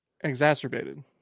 Exacerbated